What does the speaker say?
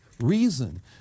reason